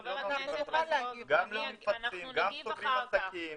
חבר הכנסת רזבוזוב, אנחנו נגיב אחר כך.